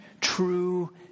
true